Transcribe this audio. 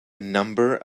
number